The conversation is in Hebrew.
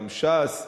גם ש"ס,